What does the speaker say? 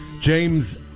James